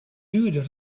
duurder